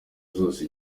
zose